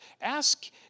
Ask